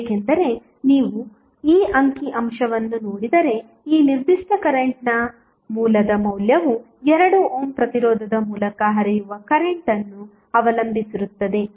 ಏಕೆಂದರೆ ನೀವು ಈ ಅಂಕಿ ಅಂಶವನ್ನು ನೋಡಿದರೆ ಈ ನಿರ್ದಿಷ್ಟ ಕರೆಂಟ್ನ ಮೂಲದ ಮೌಲ್ಯವು 2 ಓಮ್ ಪ್ರತಿರೋಧದ ಮೂಲಕ ಹರಿಯುವ ಕರೆಂಟ್ ಅನ್ನು ಅವಲಂಬಿಸಿರುತ್ತದೆ